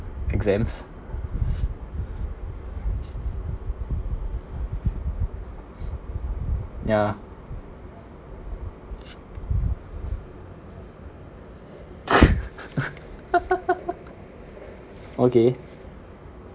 exams ya okay